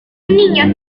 niño